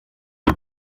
est